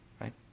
right